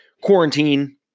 quarantine